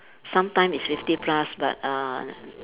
sometimes it's fifty plus but uh